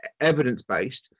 evidence-based